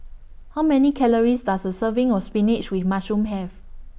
How Many Calories Does A Serving of Spinach with Mushroom Have